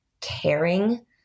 caring